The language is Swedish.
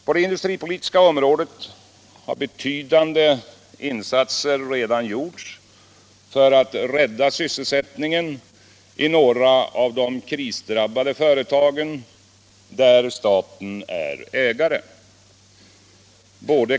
På det industripolitiska området har betydande insatser redan gjorts för att rädda sysselsättningen i några av de krisdrabbade företagen i vilka staten är ägare.